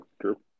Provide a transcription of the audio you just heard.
True